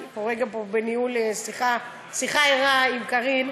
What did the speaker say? אני רגע פה בניהול שיחה ערה עם קארין.